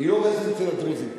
היא לא הורסת אצל הדרוזים.